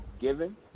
given